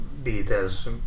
details